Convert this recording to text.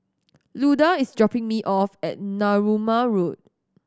Luda is dropping me off at Narooma Road